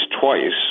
twice